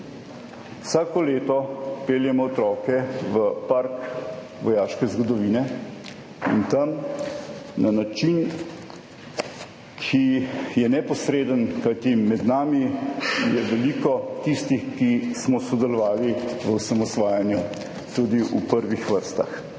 Vsako leto peljemo otroke v Park vojaške zgodovine in tam na način, ki je neposreden, kajti med nami je veliko tistih, ki smo sodelovali v osamosvajanju tudi v prvih vrstah,